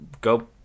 go